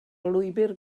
lwybr